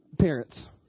parents